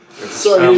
Sorry